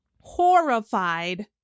horrified